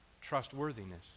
trustworthiness